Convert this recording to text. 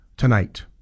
tonight